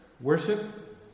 worship